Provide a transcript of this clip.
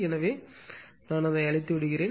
எனவே அதை அழிக்க விடுகிறேன்